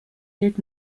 did